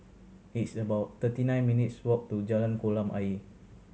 it's about thirty nine minutes' walk to Jalan Kolam Ayer